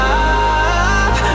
up